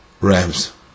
rams